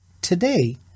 Today